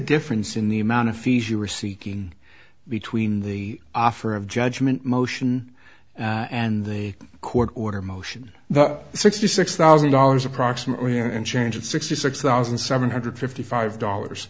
difference in the amount of fees you are seeking between the offer of judgment motion and the court order motion the sixty six thousand dollars approximately and change of sixty six thousand seven hundred fifty five